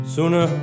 Sooner